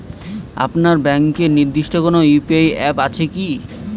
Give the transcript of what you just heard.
আপনার ব্যাংকের নির্দিষ্ট কোনো ইউ.পি.আই অ্যাপ আছে আছে কি?